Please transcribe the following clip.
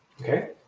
Okay